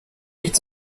nicht